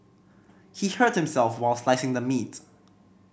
he hurt himself while slicing the meats